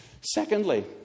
Secondly